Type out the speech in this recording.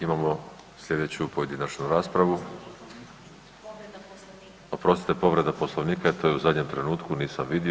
Imamo slijedeću pojedinačnu raspravu, oprostite povreda Poslovnika, to je u zadnjem trenutku nisam vidio.